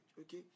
okay